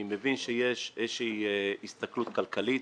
אני מבין שישנה גם הסתכלות כלכלית,